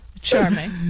Charming